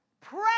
pray